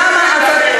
כמה הצעות חוק,